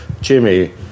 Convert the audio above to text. Jimmy